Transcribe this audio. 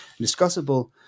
discussable